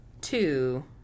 two